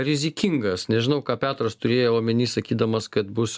rizikingas nežinau ką petras turėjo omeny sakydamas kad bus